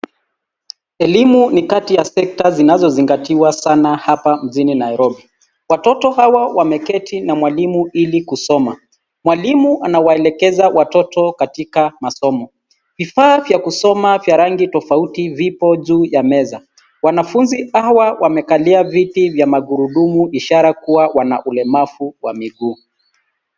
Elimu ni kati ya sekta zinazozingatiwa sana hapa mjini Nairobi. Watoto hawa wameketi na mwalimu ile kusoma. Mwalimu anawaelekeza watoto katika masomo. Vifaa vya kusoma vya rangi tofauti vipo juu ya meza. Wanafunzi hawa wamekalia viti vya magurudumu ishara kuwa wana ulemavu wa miguu.